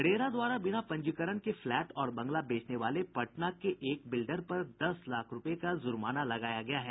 RERA द्वारा बिना पंजीकरण के फ्लैट और बंगला बेचने वाले पटना के एक बिल्डर पर दस लाख रूपये का जुर्माना लगाया गया है